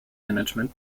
management